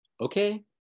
okay